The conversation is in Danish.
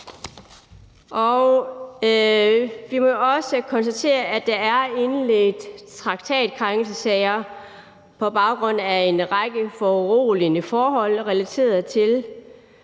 Vi må jo også konstatere, at der er indledt traktatkrænkelsessager på baggrund af en række foruroligende forhold relateret til